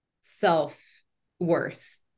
self-worth